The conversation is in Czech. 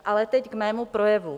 Ale teď k mému projevu.